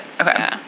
Okay